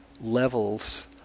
levels